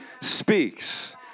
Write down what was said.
speaks